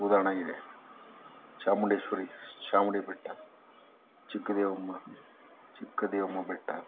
ಉದಾಹರಣೆಗೆ ಚಾಮುಂಡೇಶ್ವರಿ ಚಾಮುಂಡಿಬೆಟ್ಟ ಚಿಕ್ಕ ದೇವಮ್ಮ ಚಿಕ್ಕ ದೇವಮ್ಮ ಬೆಟ್ಟ